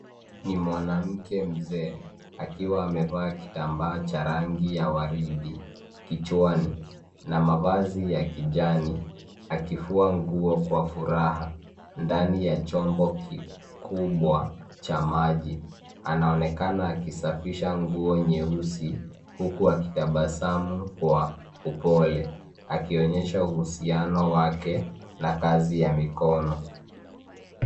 Ni mwanamke mzee akiwa amevaa kitambaa cha rangi ya waridi kichwani na mavazi ya kijani akifua nguo Kwa furaha ndani ya chombo kikubwa cha maji. Anaonekana akisafisha nguo nyeusi huku akitabasamu kwa upole akionyesha uhusiano wake na kazi ya mikono.